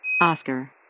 oscar